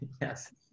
yes